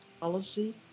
Policy